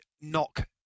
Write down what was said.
knock